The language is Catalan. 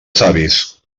savis